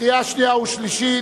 קריאה שנייה ושלישית,